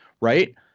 Right